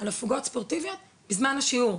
על הפגות ספורטיביות בזמן השיעור.